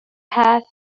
have